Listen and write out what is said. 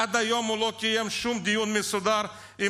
עד היום הוא לא קיים שום דיון מסודר עם